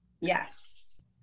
Yes